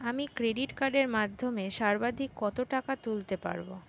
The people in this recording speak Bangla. আমি ক্রেডিট কার্ডের মাধ্যমে সর্বাধিক কত টাকা তুলতে পারব?